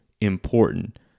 important